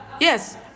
yes